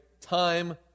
time